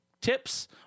tips